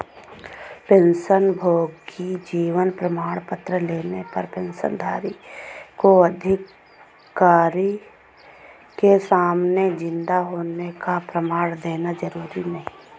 पेंशनभोगी जीवन प्रमाण पत्र लेने पर पेंशनधारी को अधिकारी के सामने जिन्दा होने का प्रमाण देना जरुरी नहीं